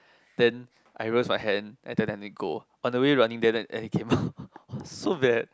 then I raise my hand and tell them I need to go on the way running there and it came out so bad